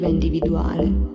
individuale